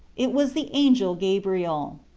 it was the angel gabriel.